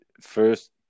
first